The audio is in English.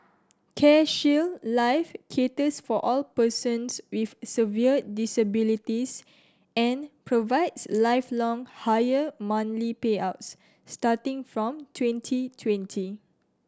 CareShield Life caters for all persons with severe disabilities and provides lifelong higher monthly payouts starting from twenty twenty